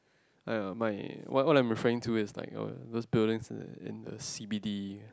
!aiya! my what what I'm referring is to like those building in the in the c_b_d